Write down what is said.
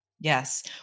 Yes